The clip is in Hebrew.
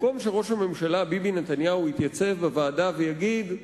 במקום שראש הממשלה ביבי נתניהו יתייצב בוועדה ויגיד: